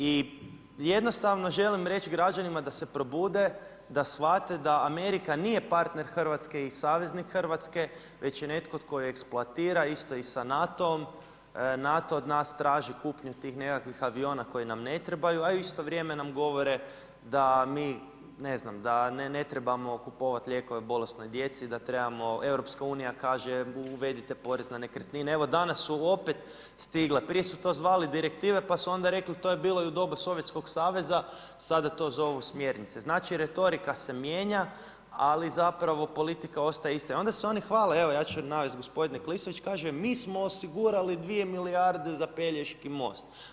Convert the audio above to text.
I jednostavno želim reć građanima da se probude, da shvate da Amerika nije partner Hrvatske i saveznik Hrvatske, već je netko tko eksploatira isto i sa NATO-om, NATO od nas traži kupnju tih nekakvih aviona koji nam ne trebaju, a u isto vrijeme nam govore da ne trebamo kupovat lijekove bolesnoj djeci, da trebamo, EU kaže uvedite porez na nekretnine, evo danas su opet stigle, prije su to zvali direktive pa su onda rekli pa to je bilo i u doba Sovjetskog saveza, sada to zovu smjernice, znači retorika se mijenja, ali zapravo politika ostaje ista i onda se oni hvale, evo ja ću navest gospodine Klisović, kaže mi smo osigurali 2 milijarde za Pelješki most.